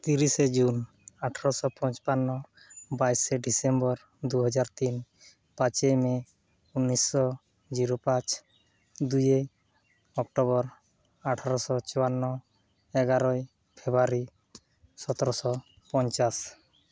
ᱛᱤᱨᱤᱥᱮ ᱡᱩᱱ ᱟᱴᱷᱮᱨᱚᱥᱚ ᱯᱚᱪᱯᱟᱱᱱᱚ ᱵᱟᱭᱤᱥᱮ ᱰᱤᱥᱮᱢᱵᱚᱨ ᱫᱩᱦᱟᱡᱟᱨ ᱛᱤᱱ ᱯᱟᱪᱚᱭ ᱢᱮ ᱩᱱᱤᱥᱥᱚ ᱡᱤᱨᱳ ᱯᱟᱪ ᱫᱩᱭᱚᱭ ᱚᱠᱴᱚᱵᱚᱨ ᱟᱴᱷᱮᱨᱚᱥᱚ ᱪᱩᱣᱟᱱᱱᱚ ᱮᱜᱟᱨᱚᱭ ᱯᱷᱮᱵᱽᱨᱩᱣᱟᱨᱤ ᱥᱚᱛᱮᱨᱚᱥᱚ ᱯᱚᱧᱪᱟᱥ